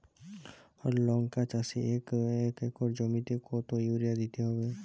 লংকা চাষে এক একর জমিতে কতো ইউরিয়া দিতে হবে?